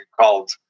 called